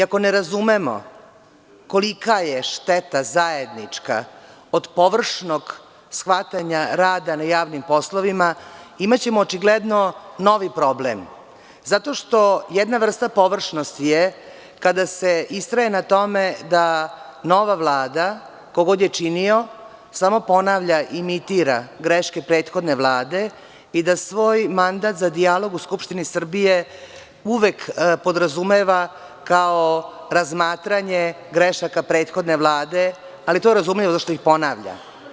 Ako ne razumemo kolika je šteta zajednička od površnog shvatanja rada na javnim poslovima, imaćemo očigledno novi problem zato što jedna vrsta površnosti je kada se istraje na tome da nova Vlada, ko god je činio, samo ponavlja i imitira greške prethodne Vlade i da svoj mandat za dijalog u Skupštini Srbije uvek podrazumeva kao razmatranje grešaka prethodne Vlade, ali to razumeju zato što ih ponavlja.